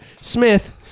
Smith